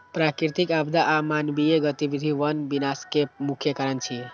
प्राकृतिक आपदा आ मानवीय गतिविधि वन विनाश के मुख्य कारण छियै